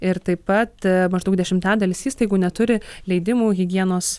ir taip pat maždaug dešimtadalis įstaigų neturi leidimų higienos